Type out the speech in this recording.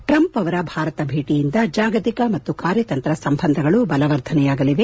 Trump ಅವರ ಭಾರತ ಭೇಟಿಯಿಂದ ಜಾಗತಿಕ ಮತ್ತು ಕಾರ್ಯತಂತ್ರ ಸಂಬಂಧಗಳು ಬಲವರ್ಧನೆಯಾಗಲಿದೆ